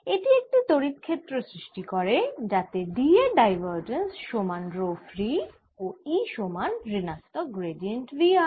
এটি একটি তড়িৎ ক্ষেত্র সৃষ্টি করে যাতে D এর ডাইভারজেন্স সমান রো ফ্রী ও E সমান ঋণাত্মক গ্র্যাডিয়েন্ট V r